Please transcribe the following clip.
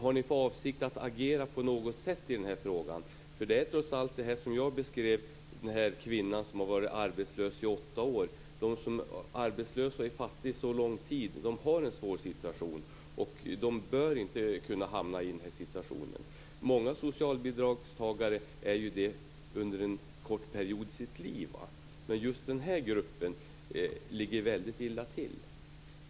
Har ni för avsikt att agera på något sätt i den här frågan? Jag berättade ju om en kvinna som hade varit arbetslös i åtta år. De som är arbetslösa och fattiga så lång tid har en svår situation, och de bör inte kunna hamna i denna situation. Många är ju socialbidragstagare under en kort period av sitt liv. Men just denna grupp ligger väldigt illa till.